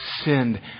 sinned